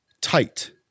tight